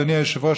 אדוני היושב-ראש,